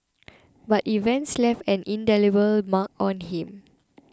but events left an indelible mark on him